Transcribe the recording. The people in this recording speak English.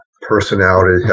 personality